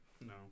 No